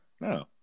No